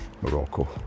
Morocco